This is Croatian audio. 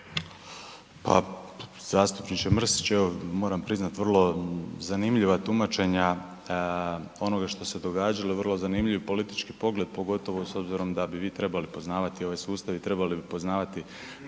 Pa, zastupniče Mrsić evo moram priznati vrlo zanimljiva tumačenja onoga što se događalo, vrlo zanimljiv politički pogled pogotovo s obzirom da bi vi trebali poznavati ovaj sustav i trebali bi poznavati